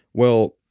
well,